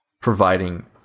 providing